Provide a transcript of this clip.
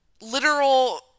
literal